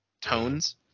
tones